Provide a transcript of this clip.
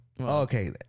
okay